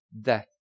death